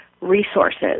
resources